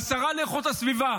לשרה לאיכות הסביבה,